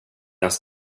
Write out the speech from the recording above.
ens